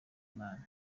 imana